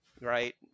right